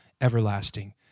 everlasting